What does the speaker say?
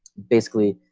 basically,